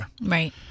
Right